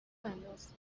بنداز